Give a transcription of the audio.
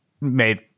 made